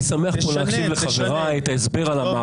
אני שמח פה להקשיב לחבריי בהסבר על המערכות.